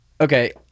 Okay